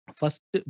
first